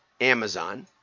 Amazon